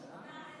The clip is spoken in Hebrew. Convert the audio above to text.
שרן,